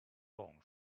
long